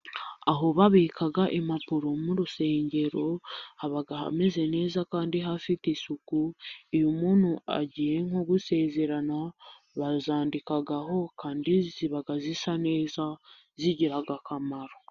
Aho babika impapuro mu rusengero haba hameze neza kandi hafite isuku, iyo umuntu agiye nko gusezerana bazandikaho, kandi ziba zisa neza zigira akamaro.